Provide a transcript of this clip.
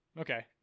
okay